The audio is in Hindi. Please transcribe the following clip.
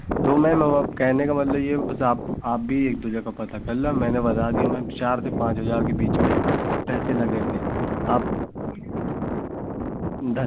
तो मैम कहने का मतलब यह बस आप आप भी एक दो जगह पता कर लो मैं बता दिया मैम चार से पाँच हज़ार के बीच में पैसे लगेंगे आप धन्य